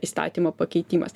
įstatymo pakeitimas